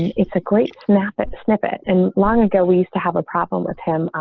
it's a great snap at snippet, and long ago, we used to have a problem with him,